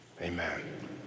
amen